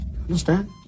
understand